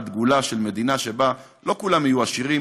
דגולה של מדינה שבה לא כולם יהיו עשירים,